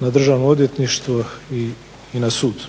na Državno odvjetništvo i na sud.